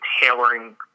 tailoring